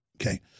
Okay